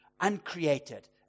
uncreated